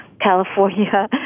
California